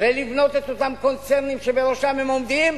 ולבנות את אותם קונצרנים שבראשם הם עומדים,